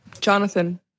Jonathan